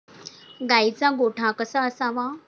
गाईचा गोठा कसा असावा?